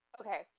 Okay